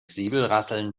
säbelrasseln